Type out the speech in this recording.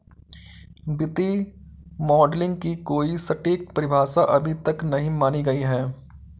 वित्तीय मॉडलिंग की कोई सटीक परिभाषा अभी तक नहीं मानी गयी है